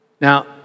Now